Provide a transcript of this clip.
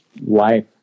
life